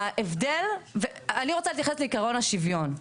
ההבדל, אני רוצה להתייחס לעקרון השוויון.